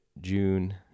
June